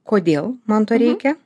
kodėl man to reikia